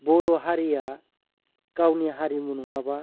बर' हारिया गावनि हारिमु नङाबा